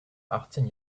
achtzehn